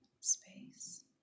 space